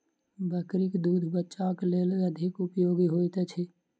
बकरीक दूध बच्चाक लेल अधिक उपयोगी होइत अछि